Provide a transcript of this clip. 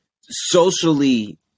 socially